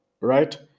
right